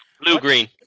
Blue-green